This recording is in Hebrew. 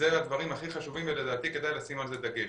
זה הדברים הכי חשובים ולדעתי כדאי לשים על זה דגש.